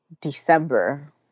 December